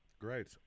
Great